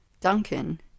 Duncan